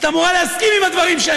את אמורה להסכים לדברים שאני אומר,